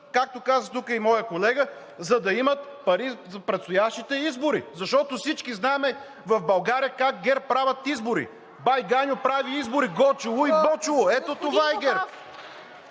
както каза тук и моят колега, за да имат пари за предстоящите избори, защото всички знаем в България как ГЕРБ правят избори: „Бай Ганьо прави избори – Гочоолу и Дочоолу!“. Ето това е ГЕРБ!